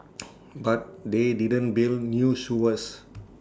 but they didn't build new sewers